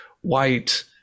white